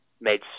made